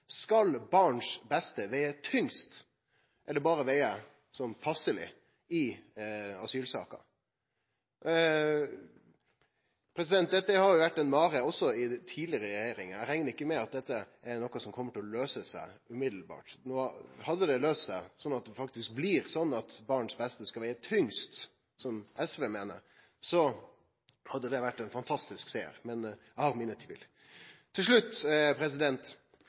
Skal barns beste vege tyngst, eller berre sånn passeleg, i asylsaker? Dette har jo vore ei mare også i den tidlegare regjeringa. Eg reknar ikkje med at dette er noko som kjem til å løyse seg straks. Hadde det løyst seg – sånn at det faktisk blir sånn at barns beste skal vege tyngst, som SV meiner – hadde det vore ein fantastisk siger, men eg har mine tvil. Til slutt: